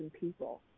people